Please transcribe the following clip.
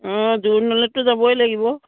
অঁ জোৰোণলৈতো যাবই লাগিব